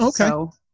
Okay